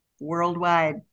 worldwide